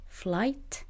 flight